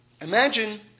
imagine